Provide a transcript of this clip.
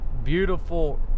beautiful